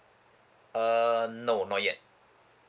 uh no not yet